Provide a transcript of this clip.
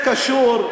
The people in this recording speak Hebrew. מה זה קשור?